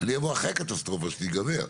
אני אבוא אחרי הקטסטרופה, כשזה ייגמר.